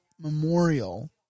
Memorial